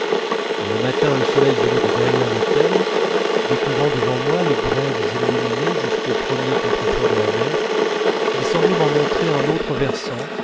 quand le matin le soleil venait de derrière l'hôtel découvrant devant moi les grèves illuminées jusqu'aux premiers contreforts de la mer il semblait m'en montrer un autre versant